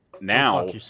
Now